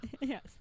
Yes